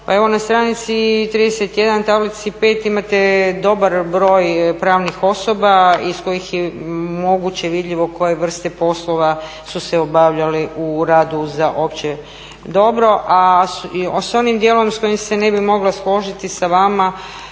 Pa evo na stranici 31 tablici 5 imate dobar broj pravnih osoba iz kojih je moguće vidljivo koje vrste poslova su se obavljali u radu za opće dobro. A s onim dijelom s kojim se ne bi mogla složiti sa vama